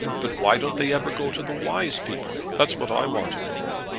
but why don't they ever go to the wise people? that's what i want to know.